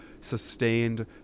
sustained